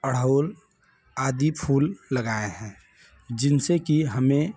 गुड़हल आदी फूल लगाएँ हैं जिनसे की हमें